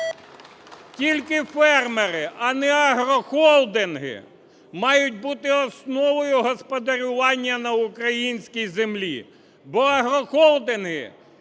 тільки фермери, а не агрохолдинги мають бути основою господарювання на українській землі, бо агрохолдинги